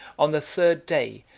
on the third day,